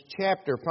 chapter